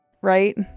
right